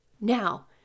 Now